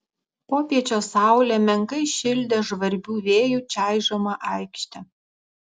popiečio saulė menkai šildė žvarbių vėjų čaižomą aikštę